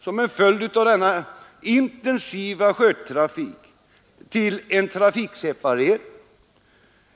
Som en följd av denna intensiva sjötrafik har man tvingats till en trafikseparering.